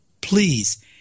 please